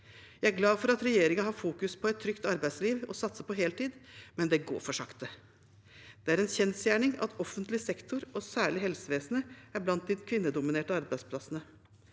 Jeg er glad for at regjeringen fokuserer på et trygt arbeidsliv og satser på heltid, men det går for sakte. Det er en kjensgjerning at offentlig sektor og særlig helsevesenet er blant de kvinnedominerte arbeidsplassene.